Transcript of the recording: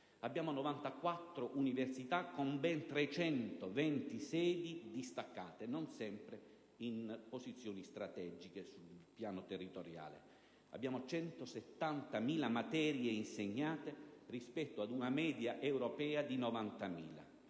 abbiamo 94 università con ben 320 sedi distaccate situate non sempre in posizioni strategiche sul piano territoriale; abbiamo 170.000 materie insegnate rispetto ad una media europea di 90.000;